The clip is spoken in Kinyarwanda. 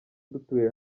dutuye